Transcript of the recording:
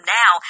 now